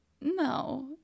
No